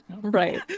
right